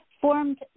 formed